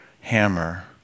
hammer